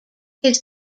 his